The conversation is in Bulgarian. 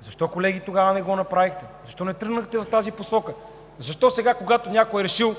Защо, колеги, тогава не го направихте? Защо не тръгнахте в тази посока? Защо сега, когато някой е решил,